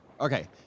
Okay